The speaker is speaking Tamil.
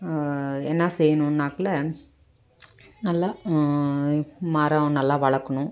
என்ன செய்யணும்னாக்குல நல்லா மரம் நல்லா வளர்க்குணும்